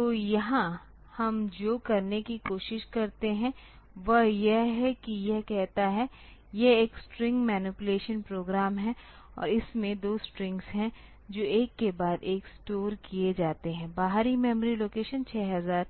तो यहां हम जो करने की कोशिश करते हैं वह यह है कि यह कहता है यह एक स्ट्रिंग मैनीपुलेशन प्रोग्राम है और इसमें 2 स्ट्रिंग्स हैं जो एक के बाद एक स्टोर किए जाते हैं बाहरी मेमोरी लोकेशन 6000